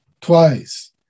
twice